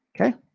Okay